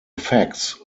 facts